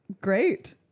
great